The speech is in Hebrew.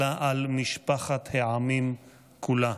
אלא על משפחת העמים כולה.